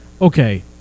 okay